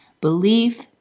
belief